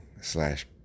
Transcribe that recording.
slash